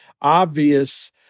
obvious